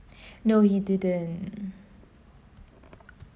no he didn't